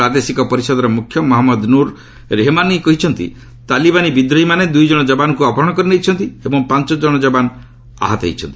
ପ୍ରାଦେଶୀକ ପରିଷଦର ମୁଖ୍ୟ ମହମ୍ମଦ ନୁର୍ ରେହେମାନୀ କହିଛନ୍ତି ତାଲିବାନୀ ବିଦ୍ରୋହୀମାନେ ଦୁଇ କଣ ଯବାନଙ୍କୁ ଅପହରଣ କରିନେଇଛନ୍ତି ଏବଂ ପାଞ୍ଚ କଣ ଯବାନ ଆହତ ହୋଇଛନ୍ତି